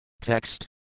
Text